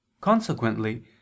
Consequently